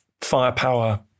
firepower